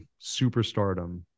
superstardom